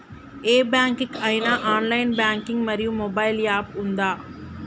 ఏ bank కి ఐనా online banking మరియు మొబైల్ యాప్ ఉందా?